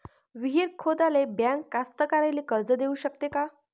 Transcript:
विहीर खोदाले बँक कास्तकाराइले कर्ज देऊ शकते का?